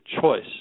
choice